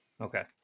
okay